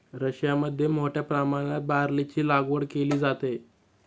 रशियामध्ये मोठ्या प्रमाणात बार्लीची लागवड केली जाते